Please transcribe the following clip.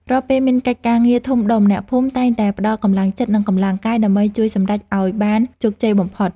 រាល់ពេលមានកិច្ចការងារធំដុំអ្នកភូមិតែងតែផ្ដល់កម្លាំងចិត្ត និងកម្លាំងកាយដើម្បីជួយសម្រេចឱ្យបានជោគជ័យបំផុត។